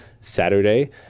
Saturday